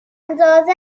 اندازه